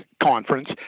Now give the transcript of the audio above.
conference